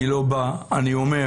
אני לא בא, אני אומר